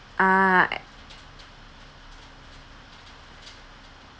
ah a~